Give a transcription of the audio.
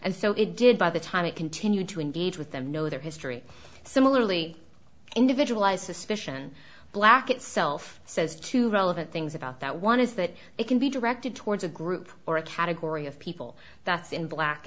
and so it's did by the time it continued to engage with them know their history similarly individualized suspicion black itself says two relevant things about that one is that they can be directed towards a group or a category of people that's in black